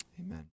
amen